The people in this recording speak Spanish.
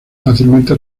fácilmente